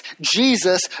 Jesus